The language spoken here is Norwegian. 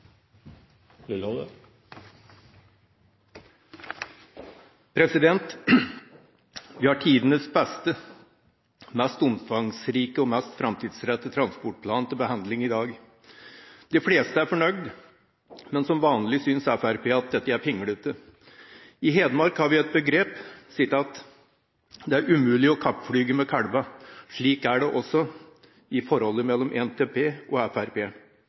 tiden. Vi har tidenes beste, mest omfangsrike og mest framtidsrettede transportplan til behandling i dag. De fleste er fornøyd, men som vanlig synes Fremskrittspartiet at dette er pinglete. I Hedmark har vi et begrep: «Det er umulig å kappflyge med kalva». Slik er det også i forholdet mellom NTP og